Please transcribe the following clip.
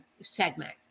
segment